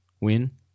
win